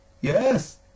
yes